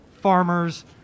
farmers